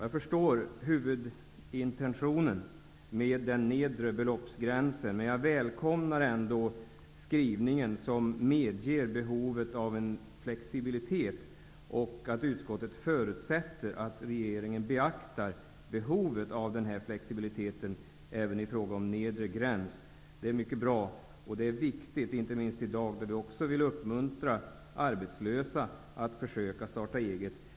Jag förstår huvudintentionen med den nedre beloppsgränsen. Men jag välkomnar ändå skrivningen, som medger behovet av flexibilitet. Utskottet förutsätter att regeringen beaktar behovet av den här flexibiliteten även i fråga om den nedre gränsen. Det är mycket bra. Det är viktigt -- inte minst i dag, då det gäller att uppmuntra arbetslösa att försöka starta eget.